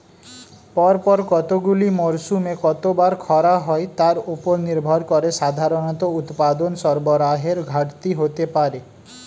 পরপর কতগুলি মরসুমে কতবার খরা হয় তার উপর নির্ভর করে সাধারণত উৎপাদন সরবরাহের ঘাটতি হতে পারে